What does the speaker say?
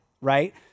right